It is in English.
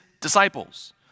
disciples